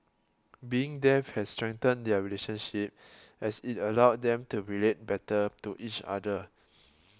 being deaf has strengthened their relationship as it allowed them to relate better to each other